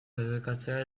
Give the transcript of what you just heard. debekatzea